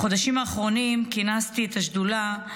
בחודשים האחרונים כינסתי את השדולה,